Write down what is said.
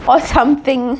or something